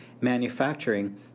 manufacturing